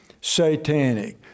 satanic